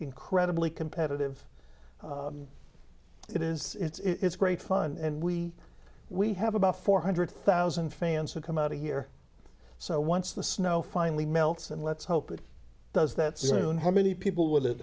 incredibly competitive it is it's great fun and we we have about four hundred thousand fans who come out here so once the snow finally melts and let's hope it does that soon how many people would